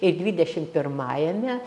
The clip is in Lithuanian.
ir dvidešim pirmajame